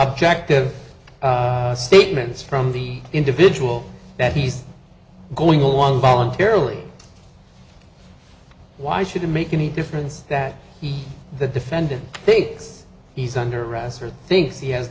objective statements from the individual that he's going along voluntarily why should it make any difference that the defendant thinks he's under arrest or thinks he has